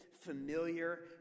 familiar